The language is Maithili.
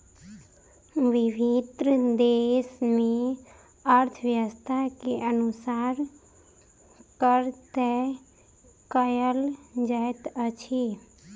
विभिन्न देस मे अर्थव्यवस्था के अनुसार कर तय कयल जाइत अछि